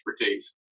expertise